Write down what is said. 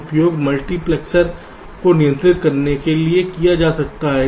इसका उपयोग मल्टीप्लेक्स को नियंत्रित करने के लिए किया जा सकता है